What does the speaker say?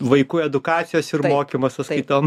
vaikų edukacijos ir mokymo sąskaiton